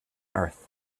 earth